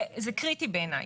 זה קריטי בעיניי.